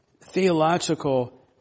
theological